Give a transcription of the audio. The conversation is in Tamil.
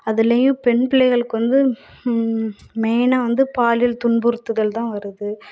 அதிலையும் பெண் பிள்ளைகளுக்கு வந்து மெயினாக வந்து பாலியல் துன்புறுத்துதல் தான் வருது